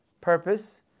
purpose